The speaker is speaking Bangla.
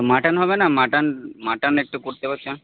মাটন হবে না মাটন মাটন একটু করতে পারতেন